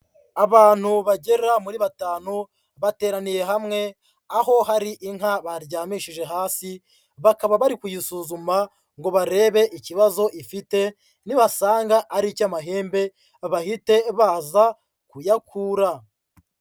Abantu bagera muri batanu bateraniye hamwe, aho hari inka baryamishije hasi, bakaba bari kuyisuzuma ngo barebe ikibazo ifite, nibasanga ari icy'amahembe bahite baza kuyakura.